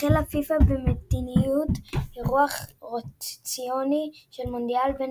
החלה פיפ"א במדיניות אירוח רוטציוני של המונדיאל בין